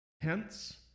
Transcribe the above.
Hence